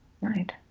Right